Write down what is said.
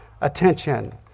attention